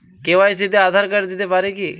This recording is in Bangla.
কে.ওয়াই.সি তে আধার কার্ড দিতে পারি কি?